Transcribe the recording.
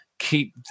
keep